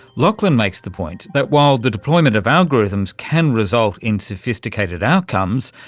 lachlan makes the point that while the deployment of algorithms can result in sophisticated outcomes,